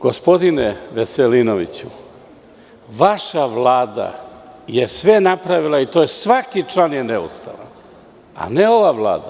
Gospodine Veselinoviću, vaša vlada je sve napravila i svaki član je neustavan, a ne ova vlada.